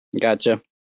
Gotcha